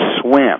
swim